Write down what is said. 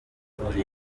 uri